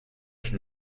can